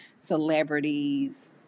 celebrities